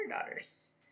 daughters